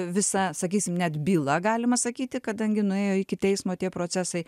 visa sakysim net byla galima sakyti kadangi nuėjo iki teismo tie procesai